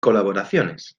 colaboraciones